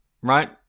right